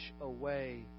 away